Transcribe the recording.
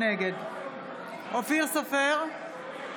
נגד אופיר סופר,